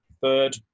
third